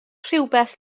rhywbeth